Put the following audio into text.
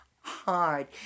hard